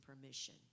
permission